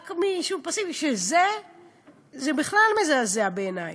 רק מעישון פסיבי, שזה בכלל מזעזע בעיני.